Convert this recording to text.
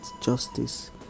justice